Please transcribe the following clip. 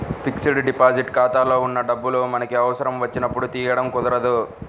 fixed deposit ఖాతాలో ఉన్న డబ్బులు మనకి అవసరం వచ్చినప్పుడు తీయడం కుదరదు